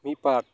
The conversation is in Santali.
ᱢᱤᱫᱯᱟᱴ